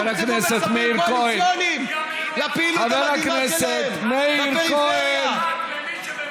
למה בערד לא קיבלו, חבר הכנסת מאיר כהן.